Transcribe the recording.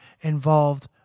involved